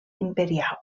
imperial